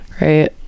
right